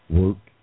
work